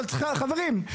אבל חברים,